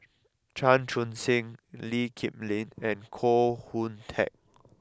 Chan Chun Sing Lee Kip Lin and Koh Hoon Teck